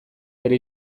bere